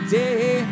day